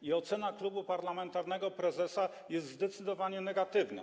I ocena klubu parlamentarnego prezesa jest zdecydowanie negatywna.